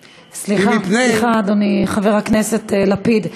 סליחה, סליחה, אדוני חבר הכנסת לפיד.